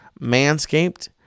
Manscaped